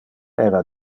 era